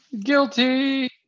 Guilty